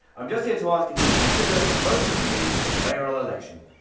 i'm just here to ask if you'd consider voting for me in the mayoral election?